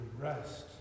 rest